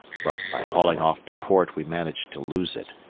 but by hauling off to port we managed to lose it.